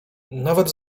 nawet